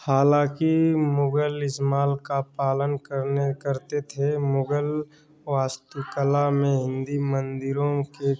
हालांकि मुगल इस्माल का पालन करने करते थे मुगल वास्तुकला में हिन्दी मंदिरों के